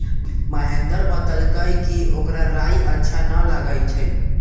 महेंदर बतलकई कि ओकरा राइ अच्छा न लगई छई